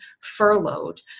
furloughed